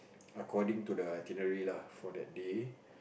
according the itinerary lah for that day